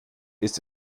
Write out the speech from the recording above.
ist